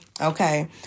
okay